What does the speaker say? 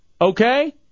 okay